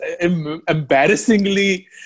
embarrassingly